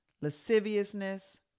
lasciviousness